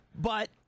but-